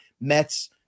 Mets